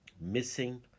missing